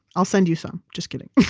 i'll send you some. just kidding